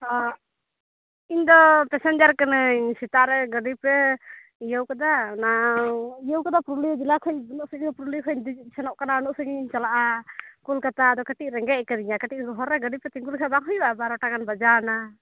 ᱚᱸᱻ ᱤᱧ ᱫᱚ ᱯᱮᱥᱮᱱᱡᱟᱨ ᱠᱟᱱᱟᱹᱧ ᱥᱮᱛᱟᱜ ᱨᱮ ᱜᱟᱹᱰᱤ ᱯᱮ ᱤᱭᱟᱹ ᱟᱠᱟᱫᱟ ᱚᱱᱟ ᱤᱭᱟᱹ ᱟᱠᱟᱫᱟ ᱯᱩᱨᱩᱞᱤᱭᱟᱹ ᱡᱮᱞᱟ ᱠᱷᱚᱡ ᱩᱱᱟᱹᱜ ᱥᱟᱺᱜᱤᱧ ᱯᱩᱨᱩᱞᱤᱭᱟᱹ ᱠᱷᱚᱡ ᱫᱮᱡ ᱥᱮᱱᱚᱜ ᱠᱟᱱᱟ ᱩᱱᱟᱹᱜ ᱥᱟᱺᱜᱤᱧ ᱤᱧ ᱪᱟᱞᱟᱜᱼᱟ ᱠᱳᱞᱠᱟᱛᱟ ᱟᱫᱚ ᱠᱟᱹᱴᱤᱡ ᱨᱮᱸᱜᱮᱡ ᱟᱠᱟᱫᱤᱧᱟ ᱠᱟᱴᱤᱡᱩ ᱦᱚᱨᱮ ᱜᱟᱹᱰᱤ ᱯᱮ ᱛᱤᱜᱩ ᱞᱮᱠᱷᱟᱡ ᱵᱟᱝ ᱦᱩᱭᱩᱜᱼᱟ ᱵᱟᱨᱳᱴᱟ ᱜᱟᱱ ᱵᱟᱡᱟᱣ ᱮᱱᱟ